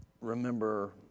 remember